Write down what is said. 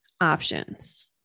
options